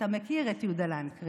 אתה מכיר את יהודה לנקרי,